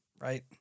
right